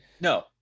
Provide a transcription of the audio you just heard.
no